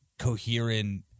coherent